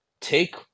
Take